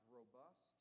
robust